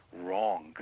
wrong